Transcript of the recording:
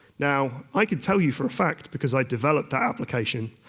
now, i can tell you for a fact, because i developed the application,